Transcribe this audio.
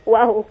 Wow